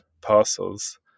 parcels